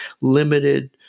limited